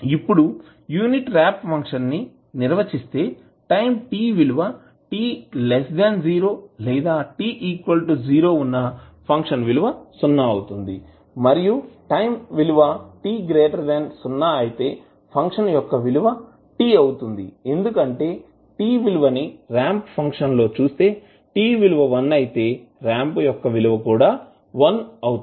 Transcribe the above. ఇప్పుడు unit ramp function ని నిర్వచిస్తే టైం t విలువ t 0 లేదా t0 వున్నా ఫంక్షన్ విలువ సున్నా అవుతుంది మరియు టైం విలువ t 0 అయితే ఫంక్షన్ యొక్క విలువ t అవుతుంది ఎందుకంటే t విలువ ని రాంప్ ఫంక్షన్ లో చుస్తే t విలువ వన్ అయితే రాంప్ యొక్క విలువ కూడా వన్ అవుతుంది